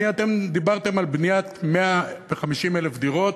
אתם דיברתם על בניית 150,000 דירות,